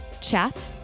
chat